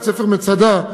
בית-הספר "מצדה",